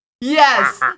Yes